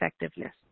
effectiveness